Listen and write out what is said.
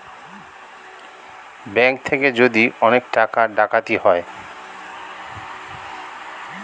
bank থেকে যদি অনেক টাকা ডাকাতি হয়